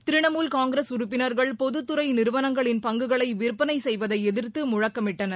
திரிணாமூல் காங்கிரஸ் உறுப்பினர்கள் பொதுத்துறைநிறுவனங்களின் பங்குகளைவிற்பனைசெய்வதைஎதிர்த்துமுழக்கமிட்டனர்